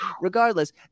regardless